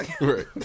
Right